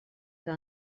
que